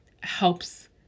helps